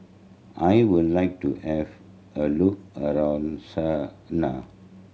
I would like to have a look around Sanaa